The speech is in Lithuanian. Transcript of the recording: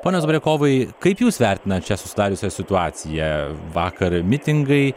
ponas zubriokovai kaip jūs vertinat šią susidariusią situaciją vakar mitingai